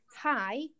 hi